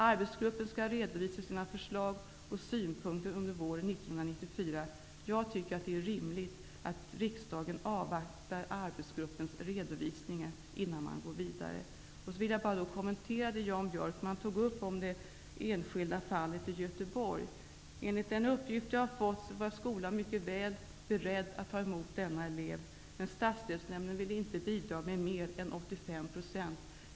Arbetsgruppen skall redovisa sina förslag och synpunkter under våren 1994. Jag tycker att det är rimligt att riksdagen avvaktar arbetsgruppens redovisningar innan man går vidare. Jag vill till sist bara kommentera det enskilda fall i Göteborg som Jan Björkman tog upp. Enligt den uppgift som jag har fått var skolan mycket väl beredd att ta emot denna elev, men stadsdelsnämnden ville inte bidra med mer än 85 %.